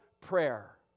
prayer